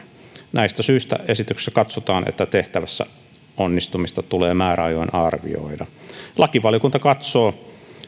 näistä syistä esityksessä katsotaan että tehtävässä onnistumista tulee määräajoin arvioida lakivaliokunta katsoo